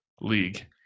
League